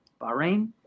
Bahrain